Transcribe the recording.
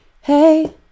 Hey